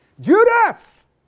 Judas